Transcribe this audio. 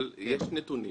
אבל יש נתונים